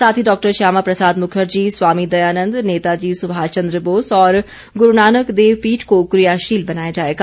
साथ ही डॉक्टर श्यामा प्रसाद मुखर्जी स्वामी दयानन्द नेताजी सुभाष चंद्र बोस और गुरूनानक देव पीठ को क्रियाशील बनाया जाएगा